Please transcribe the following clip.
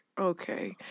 okay